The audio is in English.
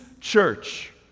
church